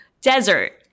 desert